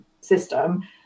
system